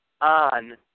on